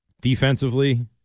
Defensively